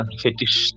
fetish